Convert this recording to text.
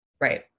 Right